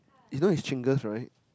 you know it's Genghis right